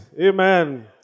Amen